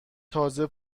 تازه